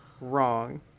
wrong